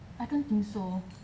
I don't think so